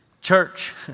Church